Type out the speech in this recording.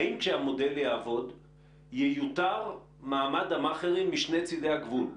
האם כשהמודל יעבוד ייוּתר מעמד המאכרים משני צדי הגבול?